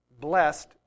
blessed